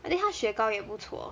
I think 它雪糕也不错